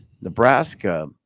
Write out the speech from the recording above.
Nebraska